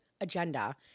agenda